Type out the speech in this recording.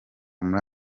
muri